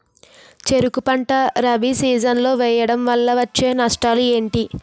చెరుకు పంట రబీ సీజన్ లో వేయటం వల్ల వచ్చే నష్టాలు ఏంటి?